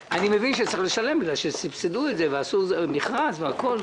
בגלל שסבסדו את זה ועשו מכרז והכול.